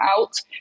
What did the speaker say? out